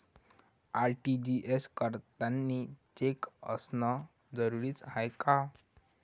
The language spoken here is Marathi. आर.टी.जी.एस करतांनी चेक असनं जरुरीच हाय का?